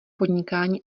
podnikání